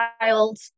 child